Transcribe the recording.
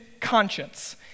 conscience